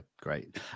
great